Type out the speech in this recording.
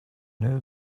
new